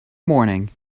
morning